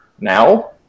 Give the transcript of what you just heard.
now